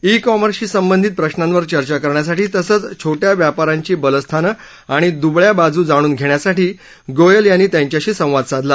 E कॉमर्सशी संबंधीत प्रश्नांवर चर्चा करण्यासाठी तसंच छोट्या व्यापारांची बलस्थान आणि द्बळ्या बाजू जाणून घेण्यासाठी गोयल यांनी त्यांच्याशी संवाद साधला